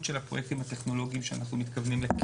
הפרויקטים הטכנולוגיים שאנחנו מתכוונים להם.